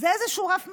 זה איזשהו רף מינימום.